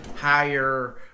higher